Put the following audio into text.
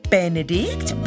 Benedict